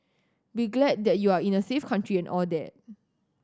be glad that you are in a safe country and all that